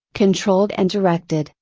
controlled and directed,